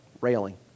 railing